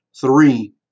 three